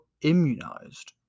immunized